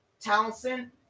Townsend